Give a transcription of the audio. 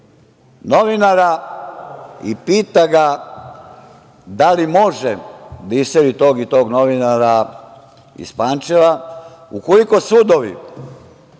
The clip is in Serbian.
novinara i pita ga da li može da iseli tog i tog novinara iz Pančeva, ukoliko sudovi